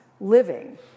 living